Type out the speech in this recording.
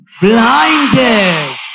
Blinded